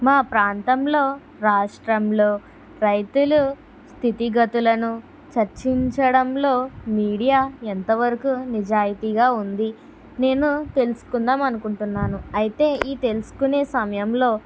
మా ప్రాంతంలో రాష్ట్రంలో రైతులు స్థితిగతులను చర్చించడంలో మీడియా ఎంతవరకు నిజాయితీగా ఉంది నేను తెలుసుకుందాం అనుకుంటున్నాను అయితే ఈ తెలుసుకునే సమయంలో